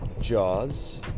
jaws